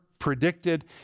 predicted